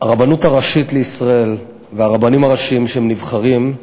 הרבנות הראשית לישראל והרבנים הראשיים שהם נבחרים,